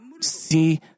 see